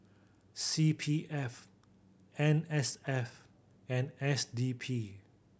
C P F N S F and S D P